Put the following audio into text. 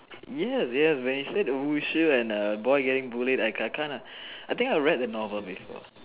yes yes when you say the 武术：wushu and the boy getting bullied I I kind of I think I read the novel before